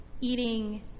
eating